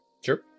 Sure